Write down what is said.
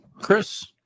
Chris